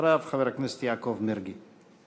אחריו, חבר הכנסת יעקב מרגי.